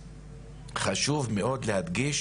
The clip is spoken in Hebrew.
חשוב מאוד להדגיש